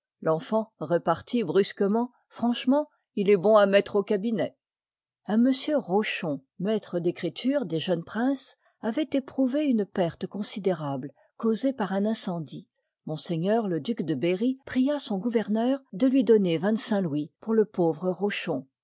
l'enfant repartit brusquement franchement il est bon à mettre au cabinet un monsieur rochon maître d'écriture des jeunes princes avoit éprouvé une perte considérable causée par un incendie m le duc de berry pria son gouverneur de lui donner vingt cinq louis pour le pauvre rochon